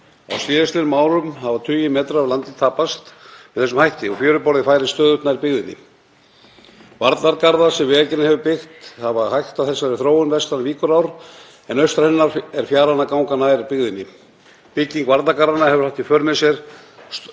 Á síðastliðnum árum hafa tugir metra af landi tapast með þessum hætti og fjöruborðið færist stöðugt nær byggðinni. Varnargarðar sem Vegagerðin hefur byggt hafa hægt á þessari þróun vestan Víkurár en austan hennar er fjaran að ganga nær byggðinni. Bygging varnargarðanna hefur haft í för með sér